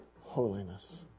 holiness